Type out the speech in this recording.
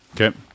okay